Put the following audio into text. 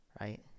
right